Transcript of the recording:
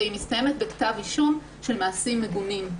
והיא מסתיימת בכתב אישום של מעשים מגונים,